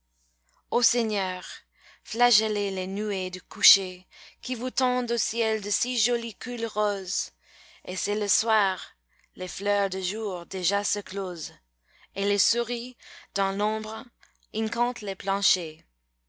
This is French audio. ô seigneur flagellez les nuées du coucher qui vous tendent au ciel de si jolis culs roses et c'est le soir les fleurs de jour déjà se closent et les souris dans l'ombre incantent le plancher